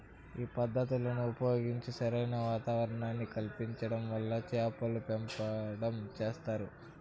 ఈ పద్ధతులను ఉపయోగించి సరైన వాతావరణాన్ని కల్పించటం వల్ల చేపలను పెంచటం చేస్తారు